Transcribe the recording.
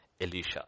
Elisha